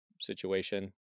situation